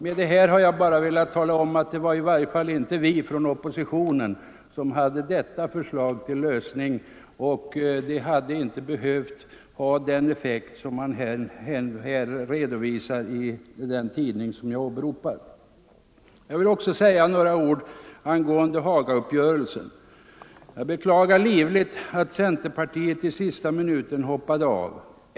Med detta har jag bara velat tala om att det i varje fall inte var vi från oppositionen som lade fram det antagna förslaget till lösning och som föranlett den kritik som redovisas i den åberopade tidningen. Jag vill också säga några ord om Hagauppgörelsen. Jag beklagar livligt att centerpartiet i sista minuten hoppade av.